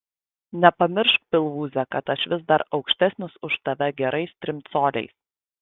nepamiršk pilvūze kad aš vis dar aukštesnis už tave gerais trim coliais